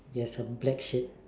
yes a black shade